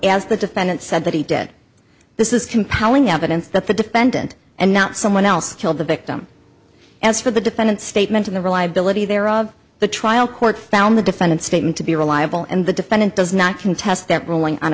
as the defendant said that he did this is compelling evidence that the defendant and not someone else killed the victim as for the defendant statement to the reliability there of the trial court found the defendant statement to be reliable and the defendant does not contest that ruling on